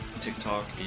TikTok